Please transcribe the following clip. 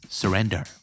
surrender